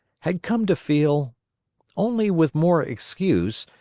had come to feel only with more excuse,